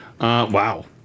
Wow